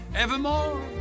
evermore